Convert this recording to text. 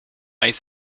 ijs